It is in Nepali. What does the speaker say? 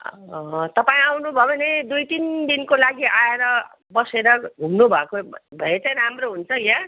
तपाईँ आउनुभयो भने दुई तिन दिनको लागि आएर बसेर घुम्नुभएको भए चाहिँ राम्रो हुन्छ यहाँ